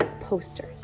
posters